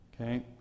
Okay